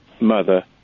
mother